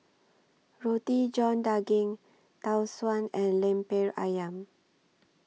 Roti John Daging Tau Suan and Lemper Ayam